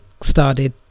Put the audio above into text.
started